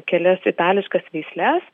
kelias itališkas veisles